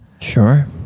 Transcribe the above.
sure